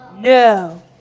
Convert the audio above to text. No